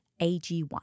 AG1